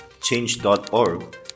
Change.org